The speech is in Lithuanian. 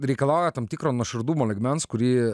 reikalauja tam tikro nuoširdumo lygmens kurį